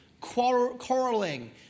quarreling